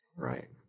Right